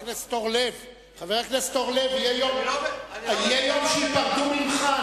חבר הכנסת אורלב, יהיה יום שייפרדו ממך.